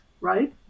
right